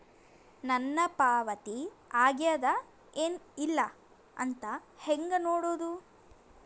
ನನ್ನ ಪಾವತಿ ಆಗ್ಯಾದ ಏನ್ ಇಲ್ಲ ಅಂತ ಹೆಂಗ ನೋಡುದು?